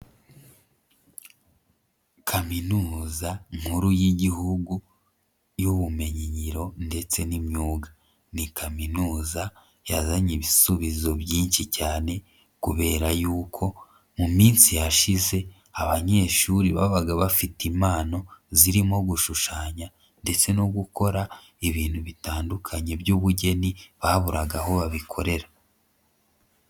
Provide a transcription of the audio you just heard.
Kaminuza nkuru y'Igihugu y'ubumenyingiro ndetse n'imyuga, ni kaminuza yazanye ibisubizo byinshi cyane kubera yuko mu minsi yashize abanyeshuri babaga bafite impano zirimo gushushanya ndetse no gukora ibintu bitandukanye by'ubugeni baburaga aho babikorera.